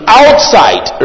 outside